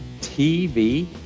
TV